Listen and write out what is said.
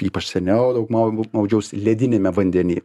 ypač seniau daug mau daug maudžiaus lediniame vandenyje